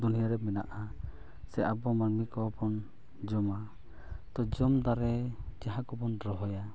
ᱫᱩᱱᱤᱭᱟᱹ ᱨᱮ ᱢᱮᱱᱟᱜᱼᱟ ᱥᱮ ᱟᱵᱚ ᱢᱟᱱᱢᱤ ᱠᱚᱵᱚᱱ ᱡᱚᱢᱟ ᱛᱳ ᱡᱚᱢ ᱫᱟᱨᱮ ᱡᱟᱦᱟᱸ ᱠᱚᱵᱚᱱ ᱨᱚᱦᱚᱭᱟ